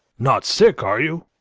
not sick, are you?